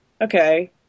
Okay